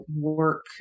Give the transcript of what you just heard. work